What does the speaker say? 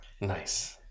Nice